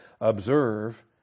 observe